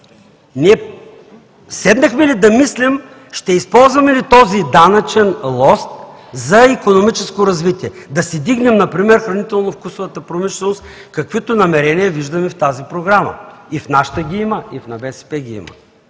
ние седнахме ли да мислим ще използваме ли този данъчен лост за икономическо развитие – да си вдигнем например хранително-вкусовата промишленост, каквито намерения виждаме в тази програма? И в нашата ги има, и в тази на БСП ги има.